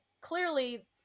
clearly